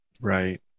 right